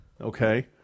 Okay